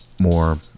more